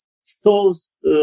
stores